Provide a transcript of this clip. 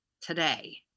today